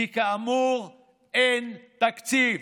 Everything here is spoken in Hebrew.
כי כאמור אין תקציב.